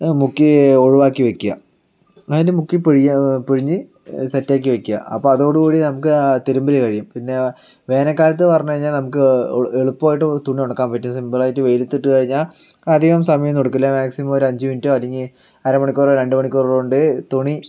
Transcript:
മുക്കി ഒഴിവാക്കി വെയ്ക്കുക അതിനെ മുക്കി പിഴിയുക പിഴിഞ്ഞ് സെറ്റാക്കി വെയ്ക്കുക അപ്പോൾ അതോടുകൂടി തിരുമ്പൽ കഴിയും പിന്നെ വേനൽക്കാലത്ത് പറഞ്ഞു കഴിഞ്ഞാൽ നമുക്ക് എളുപ്പമായിട്ട് തുണി ഉണക്കാൻ പറ്റും സിംപിളായിട്ട് വെയിലത്ത് ഇട്ട് കഴിഞ്ഞാൽ അധികം സമയം ഒന്നും എടുക്കില്ല മാക്സിമം ഒരു അഞ്ച് മിനിറ്റോ അല്ലെങ്കിൽ അര മണിക്കൂറോ രണ്ട് മണിക്കൂറോ കൊണ്ട് തുണി